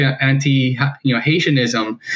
anti-haitianism